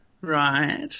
Right